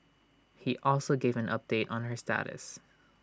he also gave an update on her status